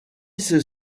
ceux